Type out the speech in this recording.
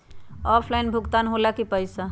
Offline भुगतान हो ला कि पईसा?